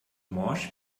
morsch